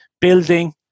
building